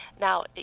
Now